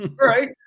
right